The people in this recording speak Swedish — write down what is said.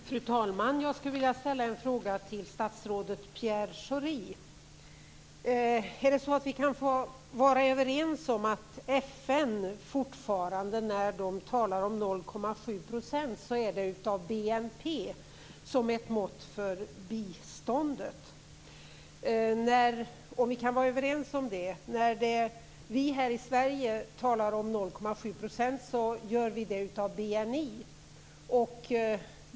Fru talman! Jag skulle vilja ställa en fråga till statsrådet Pierre Schori. Kan vi vara överens om att när man i FN talar om 0,7 % som ett mått för biståndet menar man BNP? När vi i Sverige talar om 0,7 % menar vi BNI.